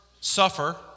suffer